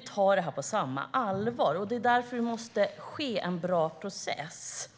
Vi tar det på samma allvar, och därför måste det ske en bra process.